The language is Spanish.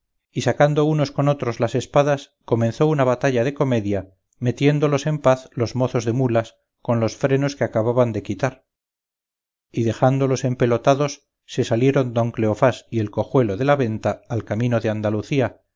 y sacando unos con otros las espadas comenzó una batalla de comedia metiéndolos en paz los mozos de mulas con los frenos que acababan de quitar y dejándolos empelotados se salieron don cleofás y el cojuelo de la venta al camino de andalucía